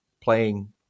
playing